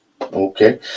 Okay